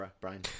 Brian